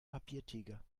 papiertiger